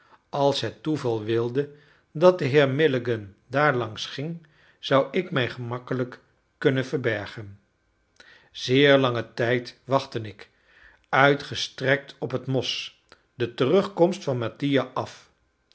als het toeval wilde dat de heer milligan daarlangs ging zou ik mij gemakkelijk kunnen verbergen zeer langen tijd wachtte ik uitgestrekt op het mos de terugkomst van mattia af